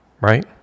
right